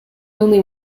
only